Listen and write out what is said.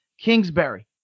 Kingsbury